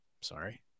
Sorry